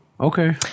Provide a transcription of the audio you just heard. Okay